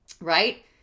Right